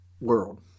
world